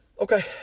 Okay